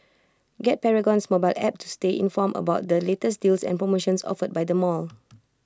get Paragon's mobile app to stay informed about the latest deals and promotions offered by the mall